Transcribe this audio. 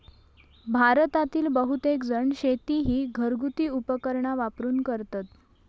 भारतातील बहुतेकजण शेती ही घरगुती उपकरणा वापरून करतत